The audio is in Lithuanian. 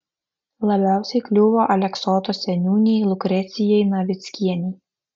labiausiai kliuvo aleksoto seniūnei liukrecijai navickienei